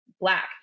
black